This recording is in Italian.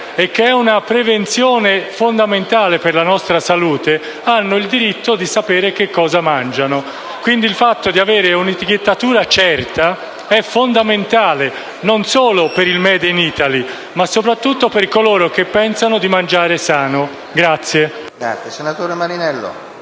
che è una prevenzione fondamentale per la nostra salute, hanno il diritto di sapere cosa mangiano. Quindi, il fatto di avere una etichettatura certa è fondamentale, non solo per il *made in Italy*, ma soprattutto per coloro che pensano di mangiare sano.